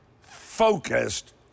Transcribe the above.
focused